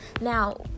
Now